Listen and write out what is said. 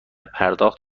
پرداخت